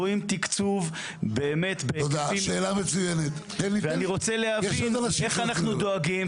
ואני רוצה להבין איך אנחנו דואגים,